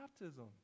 baptism